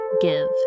give